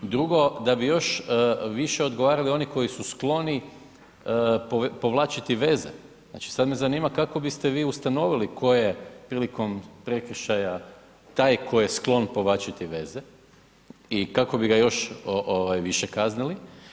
Drugo da bi još više odgovarali oni koji su skloni povlačiti veze, znači sad me zanima kako biste vi ustanovili ko je prilikom prekršaja taj ko je sklon povlačiti veze i kako bi ga još ovaj više kaznili?